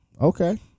Okay